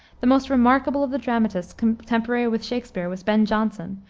the most remarkable of the dramatists contemporary with shakspere was ben jonson,